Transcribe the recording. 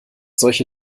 solche